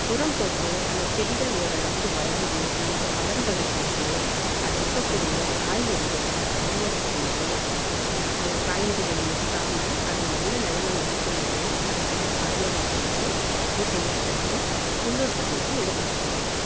உரம் போட்டு அந்த செடிகள் ஓரளவுக்கு வளர்ந்து நமக்கு பலன் தரும் போது அதில் இருக்கக்கூடிய காய்கறிகளை அறுவடை செஞ்சி காய்கறிகள் முற்றாம அதுக நல்ல நிலமையில இருக்கும் போது அதுங்களை அறுவடை செஞ்சு மூட்டையாக கட்டி உள்ளூர் சந்தைக்கு எடுத்துகிட்டு போவார்